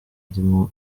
irimo